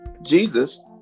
jesus